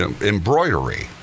embroidery